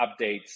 updates